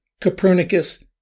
Copernicus